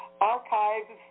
archives